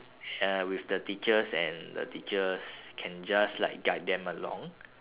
uh with the teachers and the teachers can just like guide them along